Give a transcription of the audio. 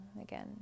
again